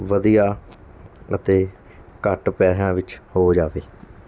ਵਧੀਆ ਅਤੇ ਘੱਟ ਪੈਸਿਆਂ ਵਿੱਚ ਹੋ ਜਾਵੇ